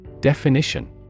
Definition